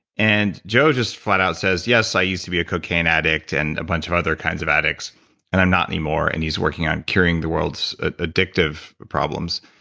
and joe just flat out says, yes, i used to be a cocaine addict and a bunch of other kinds of addicts and i'm not any more. and he's working on curing the world's addictive problems.